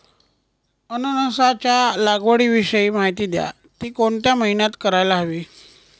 अननसाच्या लागवडीविषयी माहिती द्या, ति कोणत्या महिन्यात करायला हवी?